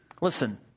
Listen